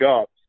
up